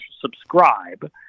subscribe